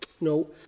No